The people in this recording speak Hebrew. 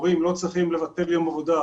הורים לא צריכים לבטל יום עבודה,